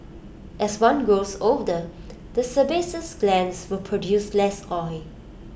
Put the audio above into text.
as one grows older the sebaceous glands will produce less oil